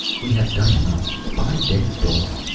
we have done enough! five dead dogs!